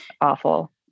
awful